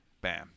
bam